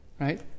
Right